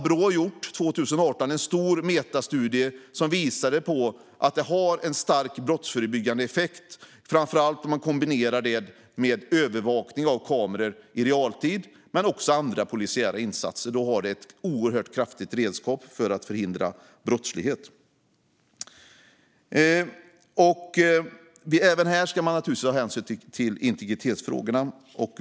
Brå gjorde 2018 en stor metastudie som visade på en starkt brottsförebyggande effekt, framför allt om kameraövervakning i realtid kombineras med andra polisiära insatser. Det blir ett oerhört kraftigt redskap för att förhindra brottslighet. Även här ska man naturligtvis ta hänsyn till integritetsfrågorna.